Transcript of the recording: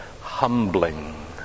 humbling